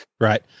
Right